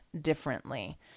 differently